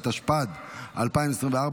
התשפ"ד 2024,